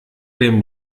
dem